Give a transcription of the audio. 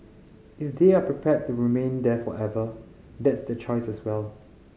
if they are prepared to remain there forever that's their choice as well